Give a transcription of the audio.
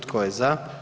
Tko je za?